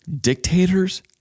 dictators